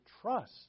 trust